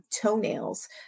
toenails